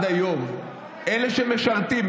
אלו שמשרתים,